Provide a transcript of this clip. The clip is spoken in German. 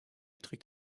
trägt